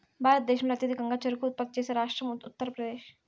భారతదేశంలో అత్యధికంగా చెరకు ఉత్పత్తి చేసే రాష్ట్రం ఉత్తరప్రదేశ్